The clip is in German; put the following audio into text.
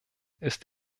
ist